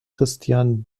christian